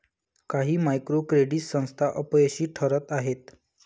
काही micro credit संस्था अपयशी ठरत आहेत